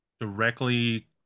directly